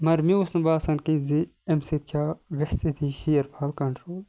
مگر مےٚ اوس نہٕ باسان کینٛہہ زٕ امہِ سۭتۍ کیاہ گَژھِ ہیَر فال کَنٹرول